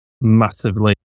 massively